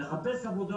לחפש עבודה.